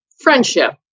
friendship